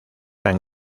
han